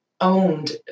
owned